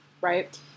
right